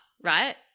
right